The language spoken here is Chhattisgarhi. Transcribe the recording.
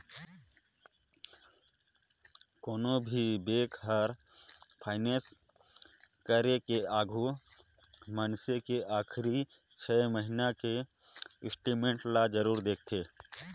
कोनो भी बेंक हर फाइनेस करे के आघू मइनसे के आखरी छे महिना के स्टेटमेंट जरूर देखथें